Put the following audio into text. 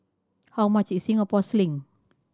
how much is Singapore Sling